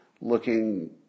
looking